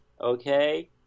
Okay